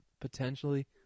potentially